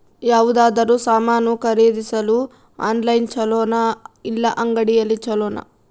ಯಾವುದಾದರೂ ಸಾಮಾನು ಖರೇದಿಸಲು ಆನ್ಲೈನ್ ಛೊಲೊನಾ ಇಲ್ಲ ಅಂಗಡಿಯಲ್ಲಿ ಛೊಲೊನಾ?